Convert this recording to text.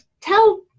tell